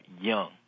young